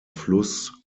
fluss